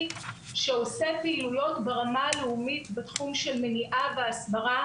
שעושה פעילויות ברמה הלאומית בתחום של מניעה והסברה.